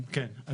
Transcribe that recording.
כן.